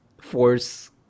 force